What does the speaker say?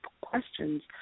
questions